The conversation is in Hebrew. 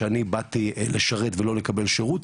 שאני באתי לשרת ולא לקבל שירות,